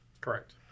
Correct